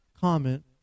comment